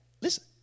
listen